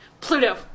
Pluto